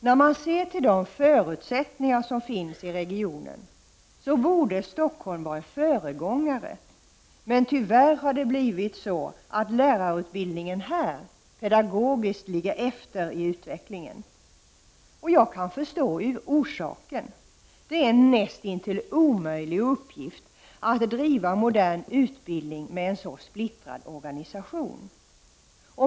När man ser till de förutsättningar som finns i regionen borde Stockholm vara en föregångare, men tyvärr har det blivit så att lärarutbildningen här pedagogiskt ligger efter i utvecklingen. Jag kan förstå orsaken. Det är en näst intill omöjlig uppgift att driva modern utbildning med en så splittrad organisation.